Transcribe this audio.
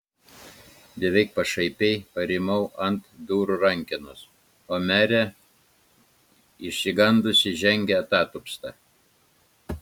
beveik pašaipiai parimau ant durų rankenos o merė išsigandusi žengė atatupsta